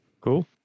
Cool